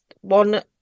one